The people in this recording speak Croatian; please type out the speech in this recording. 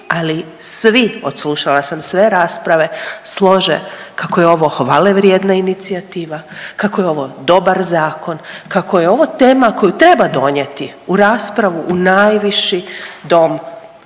ali svi, odslušala sam sve rasprave, slože kako je ova hvale vrijedna inicijativa, kako je ovaj dobar zakon, kako je ovo tema koju treba donijeti u raspravu u najviši dom,